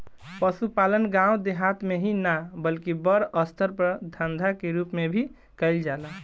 पसुपालन गाँव देहात मे ही ना बल्कि बड़ अस्तर पर धंधा के रुप मे भी कईल जाला